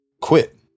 quit